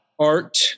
art